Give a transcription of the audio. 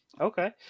Okay